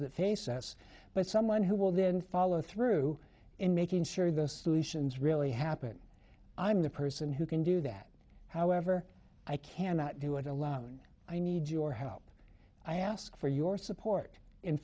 that face us but someone who will then follow through in making sure those solutions really happen i'm the person who can do that however i cannot do it alone i need your help i ask for your support in